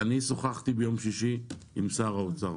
אני שוחחתי ביום שישי עם שר האוצר